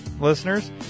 listeners